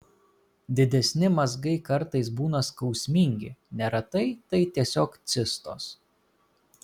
didesni mazgai kartais būna skausmingi neretai tai tiesiog cistos